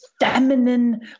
feminine